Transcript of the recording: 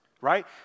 right